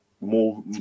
more